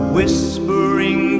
Whispering